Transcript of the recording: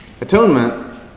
Atonement